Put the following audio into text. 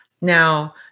Now